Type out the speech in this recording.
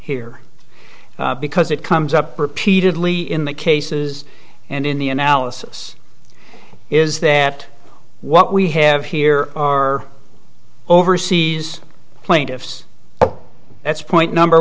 here because it comes up repeatedly in the cases and in the analysis is that what we have here are overseas plaintiffs that's point number